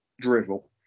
drivel